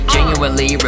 Genuinely